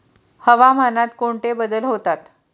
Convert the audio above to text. हवामानात कोणते बदल होतात?